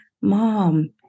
Mom